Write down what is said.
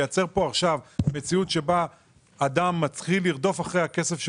לייצר כאן עכשיו מציאות בה אדם מתחיל לרדוף אחרי הכסף שלו,